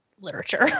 literature